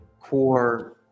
core